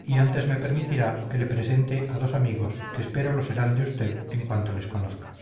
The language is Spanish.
y antes me permitirá que le presente a dos amigos que espero lo serán de usted en cuanto les conozca